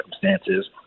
circumstances